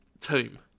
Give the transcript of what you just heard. tomb